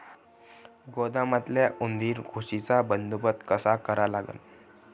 गोदामातल्या उंदीर, घुशीचा बंदोबस्त कसा करा लागन?